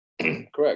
Correct